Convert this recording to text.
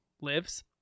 lives